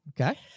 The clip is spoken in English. Okay